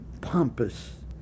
pompous